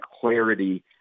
clarity